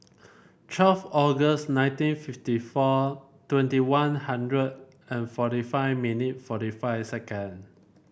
twelve August nineteen fifty four twenty One Hundred and forty five minute forty five second